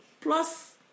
Plus